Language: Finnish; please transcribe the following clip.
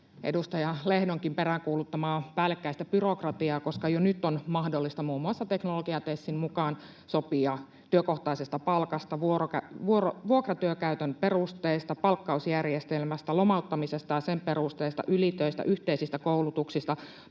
edustaja Lehdonkin peräänkuuluttamaa päällekkäistä byrokratiaa. Jo nyt on mahdollista muun muassa teknologia-TESin mukaan sopia työkohtaisesta palkasta, vuokratyön käytön perusteista, palkkausjärjestelmästä, lomauttamisesta ja sen perusteista, ylitöistä, yhteisistä koulutuksista,